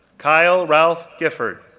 kyle ralph gifford,